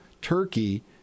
turkey